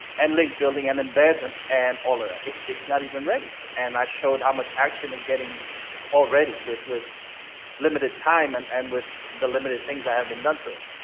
and link building and embeds and and all of that it's it's not even ready. and i showed how much action is getting already with with limited time and and with the limited things that have been done to it.